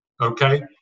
Okay